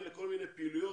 כל מיני פעילויות,